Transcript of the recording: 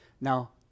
Now